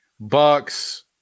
Bucks